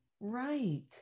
Right